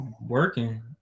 working